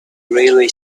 railway